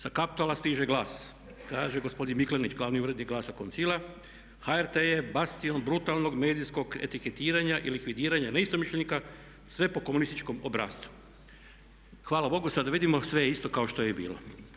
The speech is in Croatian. Sa Kaptola stiže glas, kaže gospodin Miklenić, glavni urednik Glasa Koncila „HRT je … brutalnog medijsko etiketiranja i likvidiranja neistomišljenika sve po komunističkom obrascu.“ Hvala bogu, sada vidimo sve je isto kao što je i bilo.